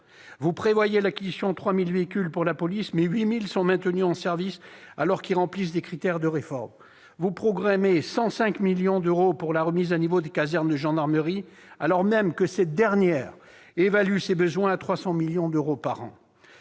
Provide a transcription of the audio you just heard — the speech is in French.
Vous prévoyez l'acquisition de 3 000 véhicules pour la police, mais 8 000 sont maintenus en service, alors qu'ils remplissent les critères de réforme. Vous programmez 105 millions d'euros pour la remise à niveau des casernes de gendarmerie, alors même que sa direction évalue ses besoins à 300 millions d'euros par an.